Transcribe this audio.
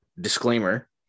disclaimer